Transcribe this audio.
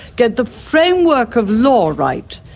get the framework of law right,